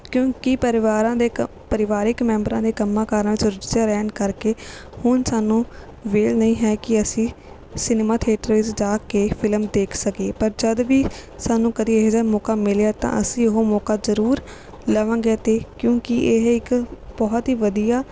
ਕਿਉਂਕਿ ਪਰਿਵਾਰਾਂ ਦੇ ਪਰਿਵਾਰਕ ਮੈਂਬਰਾਂ ਦੇ ਕੰਮਾਂ ਕਾਰਾਂ 'ਚ ਰੁੱਝਿਆ ਰਹਿਣ ਕਰਕੇ ਹੁਣ ਸਾਨੂੰ ਵਿਹਲ ਨਹੀਂ ਹੈ ਕਿ ਅਸੀਂ ਸਿਨੇਮਾ ਥੀਏਟਰ ਵਿੱਚ ਜਾ ਕੇ ਫਿਲਮ ਦੇਖ ਸਕੀਏ ਪਰ ਜਦ ਵੀ ਸਾਨੂੰ ਕਦੇ ਇਹੋ ਜਿਹਾ ਮੌਕਾ ਮਿਲਿਆ ਤਾਂ ਅਸੀਂ ਉਹ ਮੌਕਾ ਜ਼ਰੂਰ ਲਵਾਂਗੇ ਅਤੇ ਕਿਉਂਕਿ ਇਹ ਇੱਕ ਬਹੁਤ ਹੀ ਵਧੀਆ